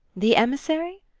the emissary?